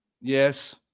Yes